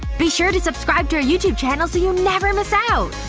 be sure to subscribe to our youtube channel so you never miss out!